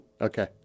okay